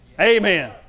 Amen